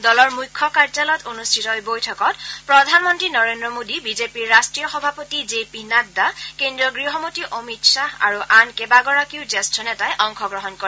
দলৰ মুখ্য কাৰ্যালয়ত অনুষ্ঠিত এই বৈঠকত প্ৰধানমন্তী নৰেন্দ্ৰ মোডী বিজেপিৰ ৰাট্টীয় সভাপতি জে পি নাড্ডা কেন্দ্ৰীয় গৃহমন্তী অমিত শ্বাহ আৰু আন কেইবাগৰাকীও জ্যেষ্ঠ নেতাই অংশগ্ৰহণ কৰে